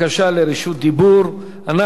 אנחנו עוברים אם כך להצבעה,